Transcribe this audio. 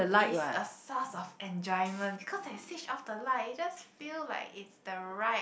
is a source of enjoyment cause I switch off the light it just feel like it's the right